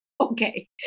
Okay